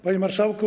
Panie Marszałku!